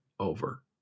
over